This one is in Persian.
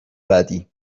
بعدی